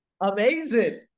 Amazing